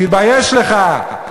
תתבייש לך.